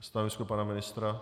Stanovisko pana ministra?